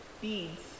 beads